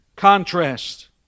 Contrast